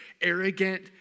arrogant